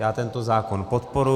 Já tento zákon podporuji.